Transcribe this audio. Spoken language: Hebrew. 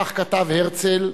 כך כתב הרצל,